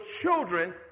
children